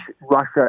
Russia